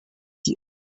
the